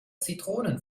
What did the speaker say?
zitronen